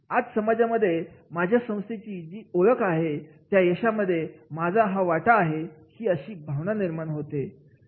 आज समाजामध्ये माझ्या संस्थेची जी काही ओळख आहे त्या यशामध्ये माझा ही वाटा आहे अशी भावना निर्माण होईल